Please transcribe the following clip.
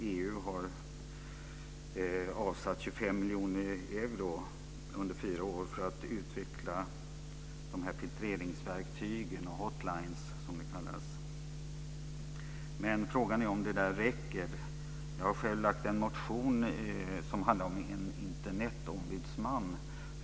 EU har avsatt 25 miljoner euro under fyra år för att utveckla filtreringsverktygen, hot lines. Frågan är om det räcker. Jag har själv väckt en motion om en Internetombudsman.